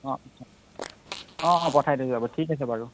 অঁ অঁ অঁ পঠাই থৈ যাব ঠিক আছে বাৰু